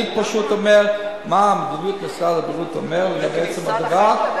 אני פשוט אומר מה משרד הבריאות אומר לגבי עצם הדבר,